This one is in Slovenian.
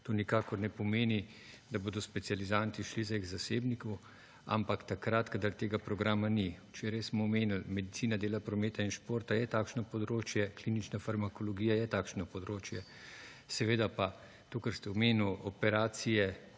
To nikakor ne pomeni, da bodo specializanti šli zdaj k zasebniku, ampak takrat, kadar tega programa ni. Včeraj smo omenil, medicina dela, prometa in športa je takšno področje, klinična farmakologija je takšno področje. Seveda pa, to, kar ste omenil, operacije